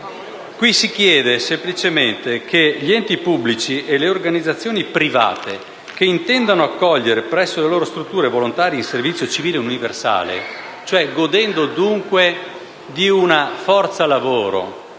cui si chiede semplicemente che gli enti pubblici e le organizzazioni private, che intendono accogliere presso le loro strutture volontari in servizio civile universale (cioè godendo di una forza lavoro